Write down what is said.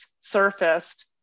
surfaced